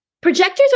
projectors